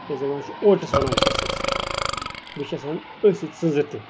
یَتھ زَن وَنان چھِ اوٹٔس وَنان چھِ أسی بیٚیہِ چھِ آسان أتھۍ سۭتۍ سیٚنٛدٕر تہِ